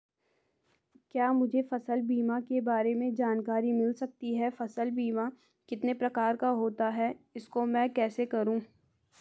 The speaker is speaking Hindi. क्या मुझे फसल बीमा के बारे में जानकारी मिल सकती है फसल बीमा कितने प्रकार का होता है इसको मैं कैसे करूँ?